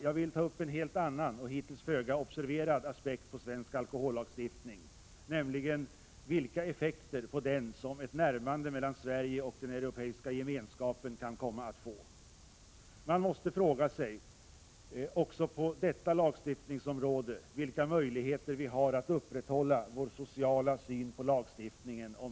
Jag vill ta upp en helt annan — och hittills föga observerad — aspekt på svensk alkohollagstiftning, nämligen vilka effekter på den som ett närmande mellan Sverige och den Europeiska gemenskapen kan komma att få. Man måste fråga sig också på detta lagstiftningsområde vilka möjligheter vi har att upprätthålla vår sociala syn på lagstiftningen.